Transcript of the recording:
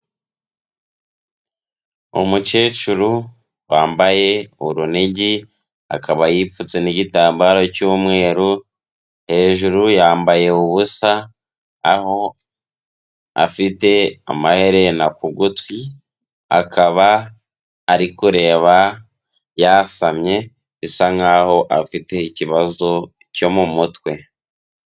Umukecuru wambaye urunigi akaba yipfutse n'igitambaro cy'umweru